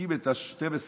מקים את 12 השבטים,